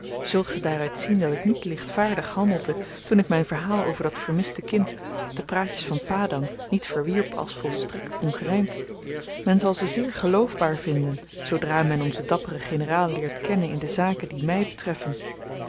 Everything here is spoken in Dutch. zult ge daaruit zien dat ik niet lichtvaardig handelde toen ik myn verhaal over dat vermiste kind de praatjes van padang niet verwierp als volstrekt ongerymd men zal ze zeer geloofbaar vinden zoodra men onzen dapperen generaal leert kennen in de zaken die my betreffen